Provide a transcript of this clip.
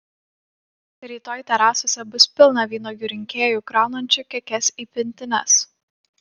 rytoj terasose bus pilna vynuogių rinkėjų kraunančių kekes į pintines